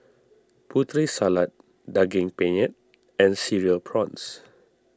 Putri Salad Daging Penyet and Cereal Prawns